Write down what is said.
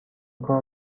کار